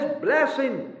blessing